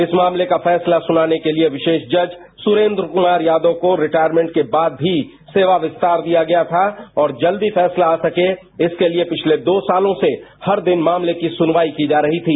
इस मामले का फैसला सुनाने के लिए विशेष जज सुरेन्द्र कमार यादव को रिटायरमेंट के बाद भी सेवा विस्तार दिया गया था और जल्दी फैसला आ सके इसके लिए पिछले दो सालों से हर दिन मामले की सुनवाई की जा रही थी